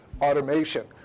automation